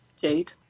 Jade